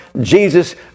Jesus